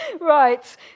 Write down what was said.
Right